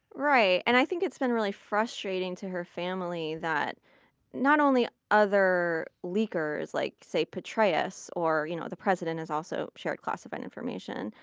right. and i think it's been really frustrating to her family that not only other leakers like say, petraeus, or you know the president has also shared classified information,